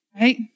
Right